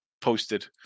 posted